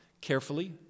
carefully